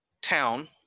town